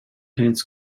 hints